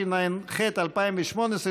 התשע"ח 2018,